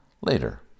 Later